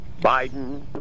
Biden